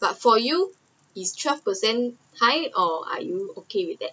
but for you is twelve percent high or are you okay with that